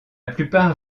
plupart